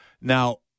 Now